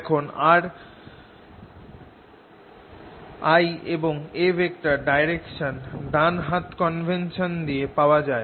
এখন I এবং A direction ডান হাত কনভেনশন দিয়ে পাওয়া যায়